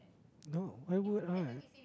no why would I